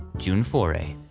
june foray,